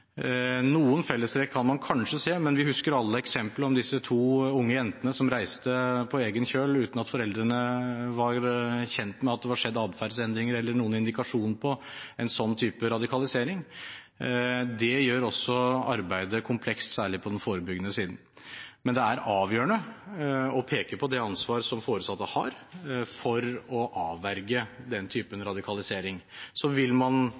Noen fellestrekk kan man kanskje se, men vi husker alle eksemplet med de to unge jentene som reiste på egen kjøl uten at foreldrene var kjent med at det var skjedd atferdsendringer eller noen indikasjon på en sånn type radikalisering. Det gjør også arbeidet komplekst, særlig på den forebyggende siden. Men det er avgjørende å peke på det ansvar som foresatte har for å avverge den type radikalisering. Så vil man